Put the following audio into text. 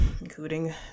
Including